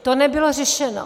To nebylo řešeno.